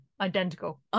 Identical